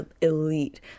elite